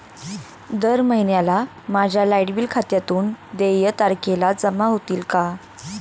दर महिन्याला माझ्या लाइट बिल खात्यातून देय तारखेला जमा होतील का?